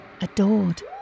adored